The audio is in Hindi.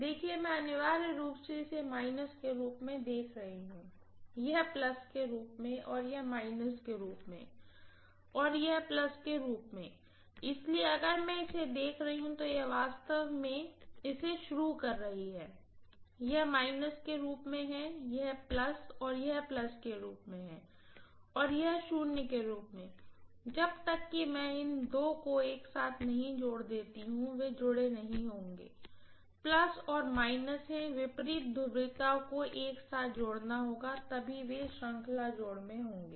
देखिए मैं अनिवार्य रूप से इसे माइनस के रूप में देख रही हूँ यह प्लस के रूप में और यह माइनस के रूप में और यह प्लस के रूप में इसलिए अगर मैं इसे देख रही हूँ तो यह वास्तव में मैं इसे शुरू कर रही हूँ यह माइनस के रूप में यह प्लस और इस प्लस के रूप में और यह शून्य के रूप में जब तक कि मैं इस दो को एक साथ नहीं जोड़ देती हूं वे जुड़े नहीं होंगे प्लस और माइनस हैं विपरीत ध्रुवीयता को एक साथ जोड़ना होगा तभी वे श्रृंखला जोड़ में होंगे